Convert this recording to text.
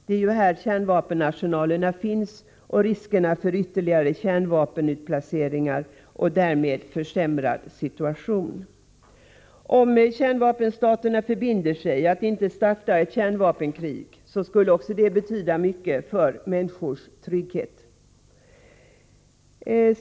Det är ju här kärnvapenarsenalerna finns, liksom riskerna för ytterligare kärnvapenutplaceringar och en till följd därav försämrad situation. Om kärnvapenstaterna förbinder sig att inte starta ett kärnvapenkrig, skulle också det betyda mycket för människors trygghet.